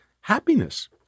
happiness